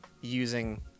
using